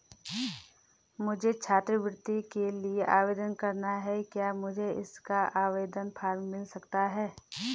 मुझे छात्रवृत्ति के लिए आवेदन करना है क्या मुझे इसका आवेदन फॉर्म मिल सकता है?